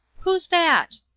who's that?